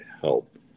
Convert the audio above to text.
help